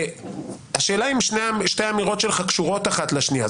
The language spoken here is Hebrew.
השאלה אם שתי האמירות שלך קשורות אחת לשנייה.